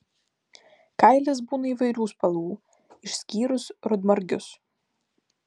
kailis būna įvairių spalvų išskyrus rudmargius